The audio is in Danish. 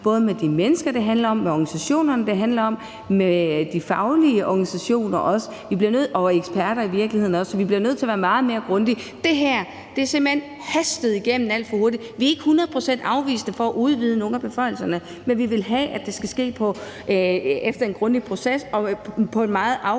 både med de mennesker, det handler om, med organisationerne, det handler om, og også med de faglige organisationer og i virkeligheden også eksperter. Vi bliver nødt til at være meget mere grundige. Det her er simpelt hen hastet igennem alt for hurtigt. Vi er ikke 100 pct. afvisende over for at udvide nogle af beføjelserne, men vi vil have, at det skal ske efter en grundig proces og på et meget afgrænset